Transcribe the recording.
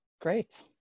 Great